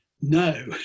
no